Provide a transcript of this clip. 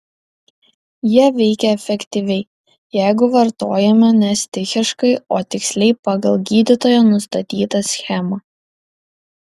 jie veikia efektyviai jeigu vartojami ne stichiškai o tiksliai pagal gydytojo nustatytą schemą